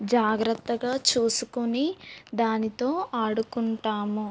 జాగ్రత్తగా చూసుకొని దానితో ఆడుకుంటాము